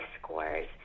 scores